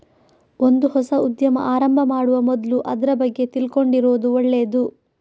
ಒಂದು ಹೊಸ ಉದ್ಯಮ ಆರಂಭ ಮಾಡುವ ಮೊದ್ಲು ಅದ್ರ ಬಗ್ಗೆ ತಿಳ್ಕೊಂಡಿರುದು ಒಳ್ಳೇದು